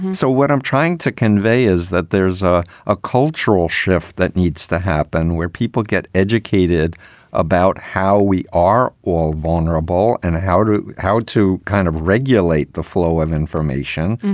so what i'm trying to convey is that there's a ah cultural shift that needs to happen where people get educated about how we are all vulnerable and how to how to kind of regulate the flow of information,